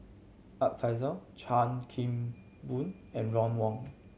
Art Fazil Chan Kim Boon and Ron Wong